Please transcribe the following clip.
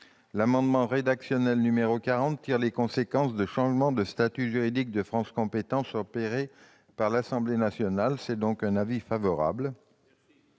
L'amendement rédactionnel n° 40 rectifié tire les conséquences du changement de statut juridique de France compétences opéré par l'Assemblée nationale : avis favorable. Merci